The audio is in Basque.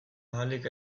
ahalik